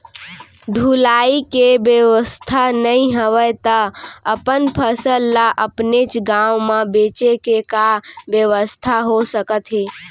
ढुलाई के बेवस्था नई हवय ता अपन फसल ला अपनेच गांव मा बेचे के का बेवस्था हो सकत हे?